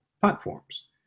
platforms